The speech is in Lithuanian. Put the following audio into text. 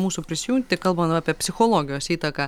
mūsų prisijungti kalbant apie psichologijos įtaką